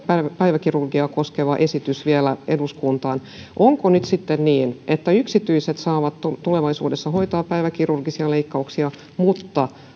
päiväkirurgiaa koskeva esitys vielä eduskuntaan onko nyt sitten niin että yksityiset saavat tulevaisuudessa hoitaa päiväkirurgisia leikkauksia mutta